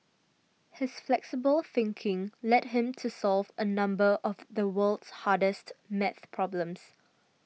his flexible thinking led him to solve a number of the world's hardest math problems